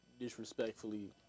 disrespectfully